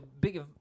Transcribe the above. big